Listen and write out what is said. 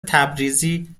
تبریزی